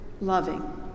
loving